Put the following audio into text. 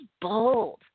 bold